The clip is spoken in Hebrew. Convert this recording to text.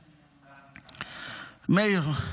מאיר,